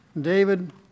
David